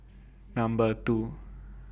Number two